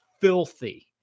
Filthy